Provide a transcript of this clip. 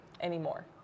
anymore